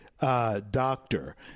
doctor